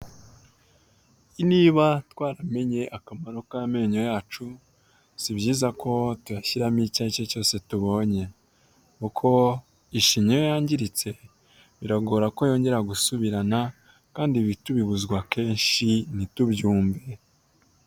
Niba twaramenye akamaro k'amenyo yacu si byiza ko tuyashyiramo icyo aricyo cyose tubonye kuko ishinya iyo yangiritse biragora ko yongera gusubirana kandi ibi tubibuzwa kenshi ntitubyumve.